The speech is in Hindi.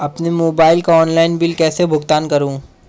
अपने मोबाइल का ऑनलाइन बिल कैसे भुगतान करूं?